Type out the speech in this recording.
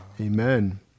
Amen